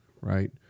right